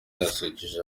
yasusurukije